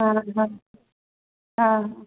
ହଁ ହଁ ହଁ